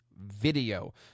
video